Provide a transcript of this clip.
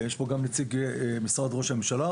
יש פה גם נציג משרד ראש הממשלה,